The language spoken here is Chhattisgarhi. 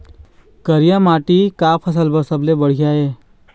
करिया माटी का फसल बर सबले बढ़िया ये?